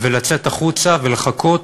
ולצאת החוצה ולחכות,